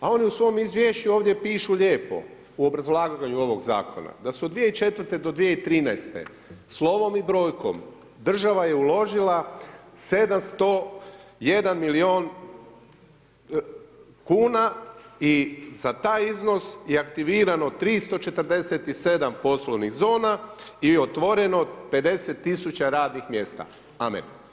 A oni u svom izvješću ovdje pišu lijepo, u obrazlaganju ovog zakona, da su 2004. do 2013. slovom i brojkom država je uložila 701 milijon kuna i za taj iznos je aktivirano 347 poslovnih zona i otvoreno 50 tisuća radnih mjesta.